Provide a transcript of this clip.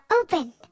open